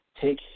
take